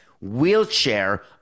wheelchair